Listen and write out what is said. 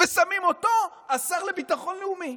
ושמים אותו השר לביטחון לאומי.